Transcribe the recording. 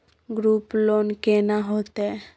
Group loan केना होतै?